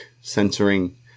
censoring